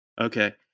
Okay